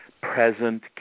present